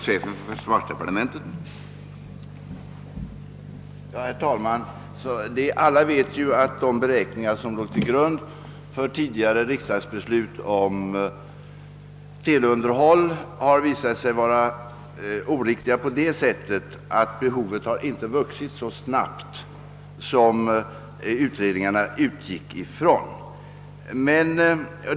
Herr talman! Som alla vet har de beräkningar som låg till grund för tidigare riksdagsbeslut om teleunderhåll visat sig vara oriktiga så till vida, att behovet inte har vuxit så snabbt som utredningarna utgick från.